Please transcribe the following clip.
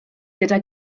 gyda